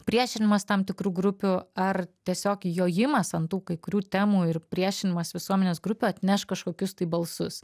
priešinimas tam tikrų grupių ar tiesiog jojimas ant tų kai kurių temų ir priešinimas visuomenės grupių atneš kažkokius tai balsus